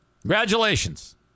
Congratulations